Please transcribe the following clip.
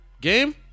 Game